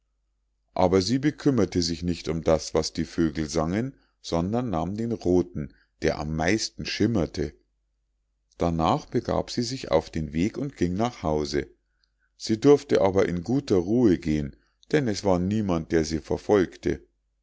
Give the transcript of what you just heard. aber sie bekümmerte sich nicht um das was die vögel sangen sondern nahm den rothen der am meisten schimmerte darnach begab sie sich auf den weg und ging nach hause sie durfte aber in guter ruhe gehen denn es war niemand der sie verfolgte